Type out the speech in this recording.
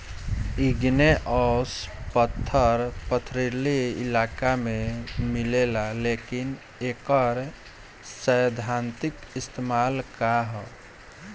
Igneous पत्थर पथरीली इलाका में मिलेला लेकिन एकर सैद्धांतिक इस्तेमाल का ह?